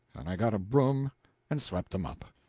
and i got a broom and swept them up.